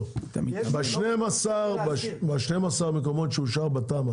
ב-12 המקומות שאושר בתמ"א